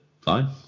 Fine